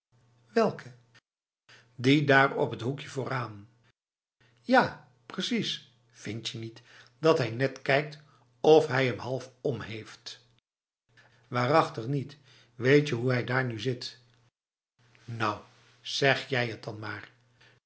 welke die daar op t hoekie vooraan ja precies vind je niet dat hij net kijkt of hij m half om heeft waarachtig niet weetje hoe hij daar nu zit nou zeg jij het dan maai